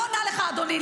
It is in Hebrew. אני לא עונה לך, אדוני.